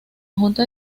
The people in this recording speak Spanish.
junta